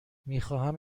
میخواهم